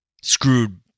screwed